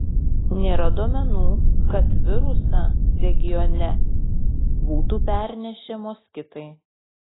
nėra duomenų kad virusą regione būtų pernešę moskitai